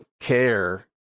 care